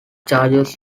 charges